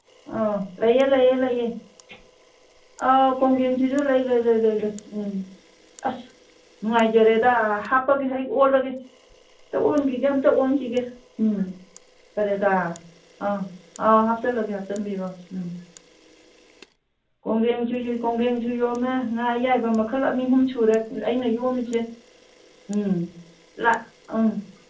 ꯑꯥ ꯂꯩꯌꯦ ꯂꯩꯌꯦ ꯂꯩꯌꯦ ꯑꯧ ꯀꯣꯡꯒ꯭ꯔꯦꯡꯁꯤꯁꯨ ꯂꯩ ꯂꯩ ꯂꯩ ꯂꯩ ꯂꯩ ꯎꯝ ꯑꯁ ꯅꯨꯡꯉꯥꯏꯖꯔꯦꯗ ꯍꯥꯞꯄꯒꯦ ꯑꯩ ꯑꯣꯜꯂꯒꯦ ꯑꯝꯇ ꯑꯣꯟꯒꯤꯒꯦ ꯑꯝꯇ ꯑꯣꯟꯒꯤꯒꯦ ꯎꯝ ꯐꯔꯦꯗ ꯑꯥ ꯑꯧ ꯍꯥꯞꯆꯜꯂꯒꯦ ꯍꯥꯞꯆꯟꯕꯤꯔꯣ ꯎꯝ ꯀꯣꯡꯒ꯭ꯔꯦꯡꯁꯨ ꯀꯣꯡꯒ꯭ꯔꯦꯡꯁꯨ ꯌꯣꯝꯃꯦ ꯉꯥ ꯑꯌꯥꯏꯕ ꯃꯈꯜ ꯑꯅꯤ ꯑꯍꯨꯝ ꯁꯨꯔꯦ ꯑꯩꯅ ꯌꯣꯝꯃꯤꯁꯦ ꯎꯝ ꯎꯝ